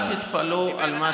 אל תתפלאו על מה